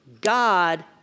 God